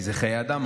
כי זה חיי אדם,